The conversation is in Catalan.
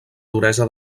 duresa